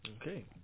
Okay